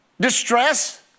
distress